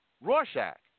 Rorschach